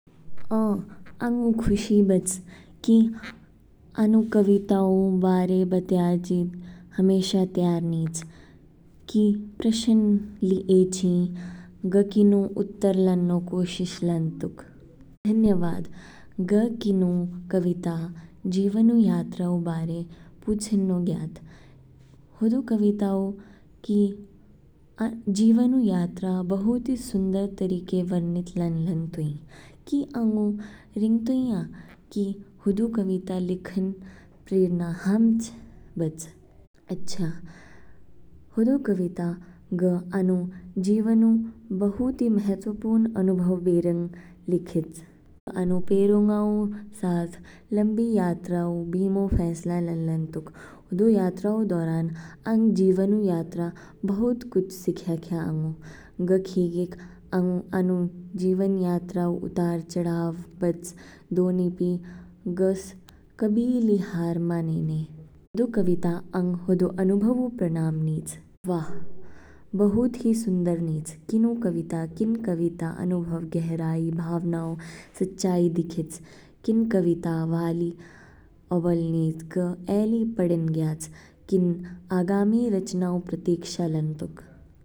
अ आंगु खुशी बच। कि अनु कविताओं बारे बत्याजीद हमेशा त्यार नीच। कि प्रशन लि एची, ग किनु उत्तर लननो कोशिश लनतुक। धन्यवाद, ग किनु कविता जीवनऊ यात्त्राऊ बारे पुछेन नो गयाच। हदू कविताऊ कि जीवनऊ यात्रा बहुत ही सुन्दर तरीके वर्णित लानलान तो कि आंगु रिगतोईया, की हुद कविता लिखन प्रेरणा हामच बच। अच्छा होदू कविता। ग आनु जीवनऊ बहुत ही महत्वपूर्ण अनुभव बेरंग लिखेच। अनु पेरुंगाऊ साथ लंबी यात्राऊ बीमो फैसला लनन तुक। होदो यात्राऊ दोरान अंग जीवनु यात्राओं बहुत कुछ सिख्याख्या अंगु। ग खिगेक आंग अनु जीवनऊ यात्राओं उतार चड़ाओं बअच, दोनि पी गस कभी ली हार मानेने। दो कविता अंग होदो अनुभवु प्रणाम नीच। वाह बहुत ही सुन्दर नीच। किनू कविता, किन कविता अनुभव गहराई भावनाऊ सच्चाई दिखेच। किन कविता वाली ओबल निज ग एली पढ़ेन गयाच। किन आगामी रचनाओं प्रतिक्षा लन्तुक।